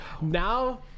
Now